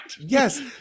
Yes